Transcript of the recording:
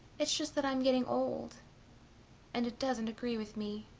it's just that i'm getting old and it doesn't agree with me.